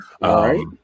right